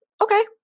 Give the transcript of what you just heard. Okay